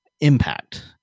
impact